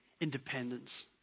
Independence